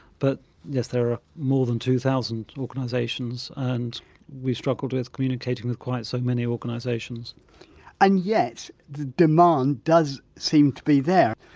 but yes, there are more than two thousand organisations and we struggled with communicating with quite so many organisations and yet the demand does seem to be there.